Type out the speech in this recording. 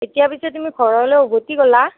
এতিয়া পিছে তুমি ঘৰলৈ উভতি গ'লা